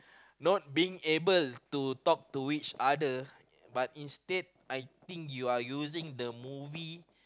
not being able to talk to each other but instead I think you are using the movie